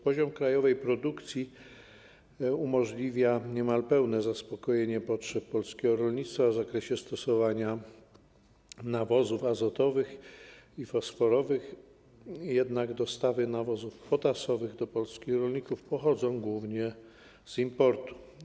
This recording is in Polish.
Poziom krajowej produkcji umożliwia niemal pełne zaspokojenie potrzeb polskiego rolnictwa w zakresie stosowania nawozów azotowych i fosforowych, jednak dostawy nawozów potasowych do polskich rolników pochodzą głównie z importu.